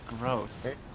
gross